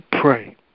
pray